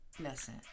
Listen